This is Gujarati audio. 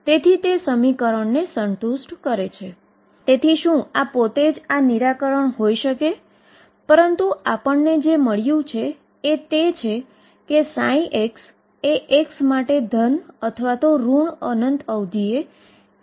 તેથી આપણે આને હલ કરીશું અને તે જોવાનો પ્રયત્ન કરીશું કે શું આ તે જ પરિણામો આપે છે જે પહેલા જાણીતા હતા